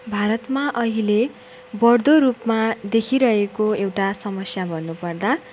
भारतमा अहिले बढ्दो रूपमा देखिइरहेको एउटा समस्या भन्नुपर्दा